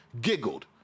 Giggled